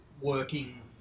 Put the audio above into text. working